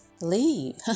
leave